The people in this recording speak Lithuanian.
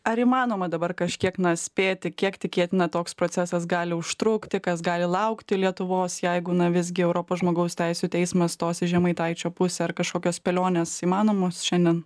ar įmanoma dabar kažkiek na spėti kiek tikėtina toks procesas gali užtrukti kas gali laukti lietuvos jeigu visgi europos žmogaus teisių teismas tokį žemaitaičio pusę ar kažkokios spėlionės įmanomos šiandien